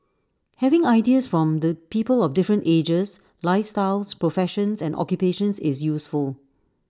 having ideas from the people of different ages lifestyles professions and occupations is useful